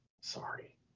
Sorry